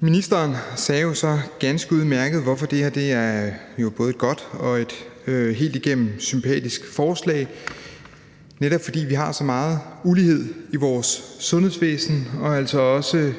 Ministeren sagde så ganske udmærket, hvorfor det her er et både godt og helt igennem sympatisk forslag, og det er netop, fordi vi har så meget ulighed i vores sundhedsvæsen og altså også